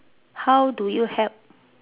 how do you help